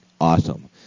awesome